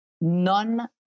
none